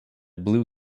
blue